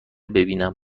ببینم